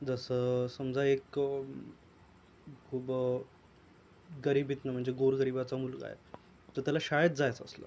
जसं समजा एक खूप खूब गरिबीतनं म्हणजे गोरगरिबाचा मुलगा आहे तर त्याला शाळेत जायचं असलं